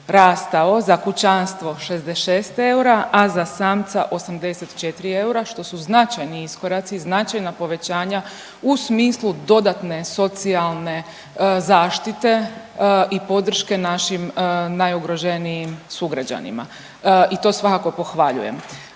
za kućanstvo 66 eura, a za samca 84 eura, što su značajni iskoraci, značajna povećanja u smislu dodatne socijalne zaštite i podrške našim najugroženijim sugrađanima i to svakako pohvaljujem,